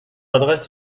adresse